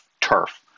turf